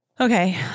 Okay